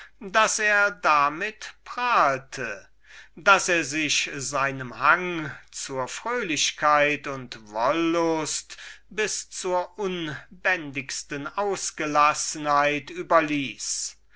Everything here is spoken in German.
daß er damit prahlte daß er sich seinem hang zur fröhlichkeit und wollust bis zu den unbändigsten ausgelassenheiten überließ